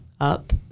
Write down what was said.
up